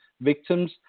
victims